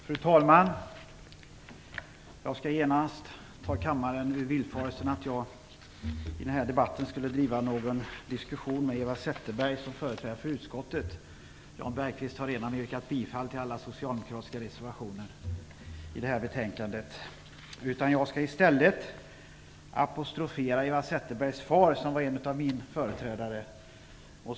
Fru talman! Jag skall genast ta kammaren ur villfarelsen att jag i debatten skulle driva en diskussion med Eva Zetterberg som företrädare för utskottet. Jan Bergqvist har redan yrkat bifall till hemställan i utskottsbetänkandet. I stället skall jag apostrofera Eva Zetterbergs far, som var en av mina företrädare.